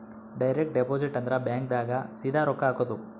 direct deposit ಅಂದ್ರ bank ದಾಗ ಸೀದಾ ರೊಕ್ಕ ಹಾಕೋದು